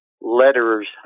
letters